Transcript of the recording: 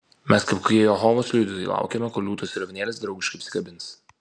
mes kaip kokie jehovos liudytojai laukiame kol liūtas ir avinėlis draugiškai apsikabins